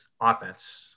offense